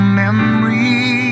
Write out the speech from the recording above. memories